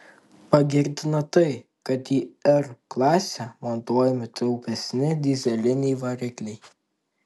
pagirtina tai kad į r klasę montuojami taupesni dyzeliniai varikliai